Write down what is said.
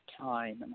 time